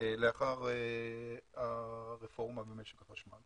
לאחר הרפורמה במשק החשמל.